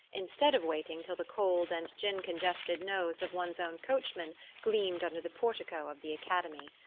instead of waiting till the cold-and-gin congested nose of one's own coachman gleamed under the portico of the academy.